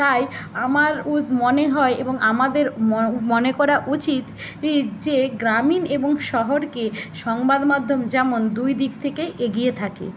তাই আমার মনে হয় এবং আমাদের মনে করা উচিত যে গ্রামীণ এবং শহরকে সংবাদমাধ্যম যেমন দুই দিক থেকেই এগিয়ে থাকে